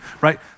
right